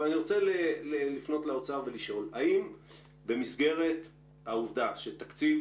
אבל אני רוצה לפנות לאוצר ולשאול אם במסגרת העובדה שתקציב